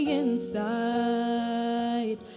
inside